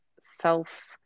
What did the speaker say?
self